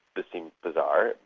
this seemed bizarre,